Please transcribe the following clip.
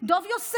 החמישים, דב יוסף.